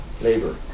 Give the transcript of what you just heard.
labor